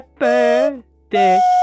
birthday